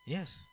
Yes